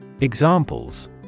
Examples